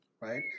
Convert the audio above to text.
right